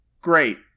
great